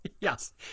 Yes